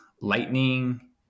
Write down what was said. lightning